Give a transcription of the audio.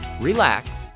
relax